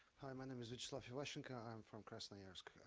hi, my name is viacheslav ivaschenko. i'm from krasnoyarsk,